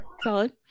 Solid